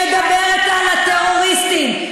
שמדברת על טרוריסטים.